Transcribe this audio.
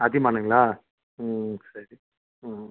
அதியமானுங்களா ம் சரி ம்